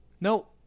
No